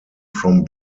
from